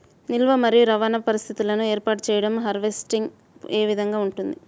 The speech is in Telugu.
నిల్వ మరియు రవాణా పరిస్థితులను ఏర్పాటు చేయడంలో హార్వెస్ట్ ఏ విధముగా ఉంటుంది?